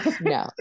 no